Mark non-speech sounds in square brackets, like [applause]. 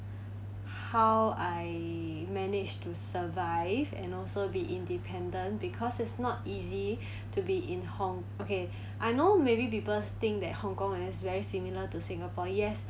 how I managed to survive and also be independent because it's not easy [breath] to be in hong okay [breath] I know many people think that hong kong is very similar to singapore yes